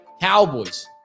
Cowboys